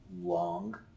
long